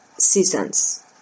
seasons